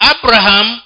Abraham